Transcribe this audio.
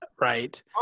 right